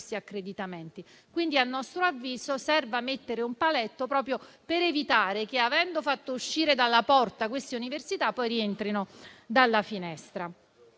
accreditamenti. A nostro avviso, quindi, serve mettere un paletto proprio per evitare che, avendo fatto uscire dalla porta quelle università, poi esse rientrino dalla finestra.